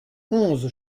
onze